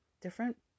different